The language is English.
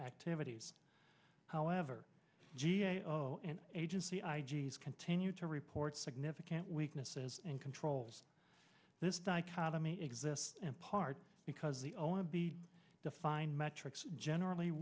activities however g a o and agency i g s continue to report significant weaknesses in controls this dichotomy exists in part because the only to be defined metrics generally